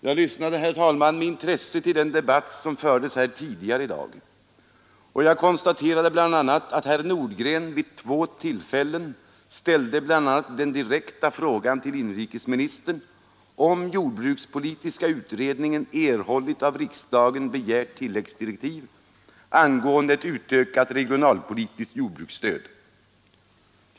Jag lyssnade med intresse till den debatt som fördes här tidigare i dag 141 och konstaterade att herr Nordgren vid två tillfällen bl.a. ställde den direkta frågan till inrikesministern om jordbrukspolitiska utredningen har erhållit av riksdagen begärt tilläggsdirektiv angående ett utökat regionalpolitiskt jordbruksstöd.